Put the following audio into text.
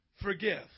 forgive